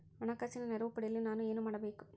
ಹಣಕಾಸಿನ ನೆರವು ಪಡೆಯಲು ನಾನು ಏನು ಮಾಡಬೇಕು?